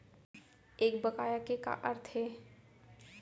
एक बकाया के का अर्थ हे?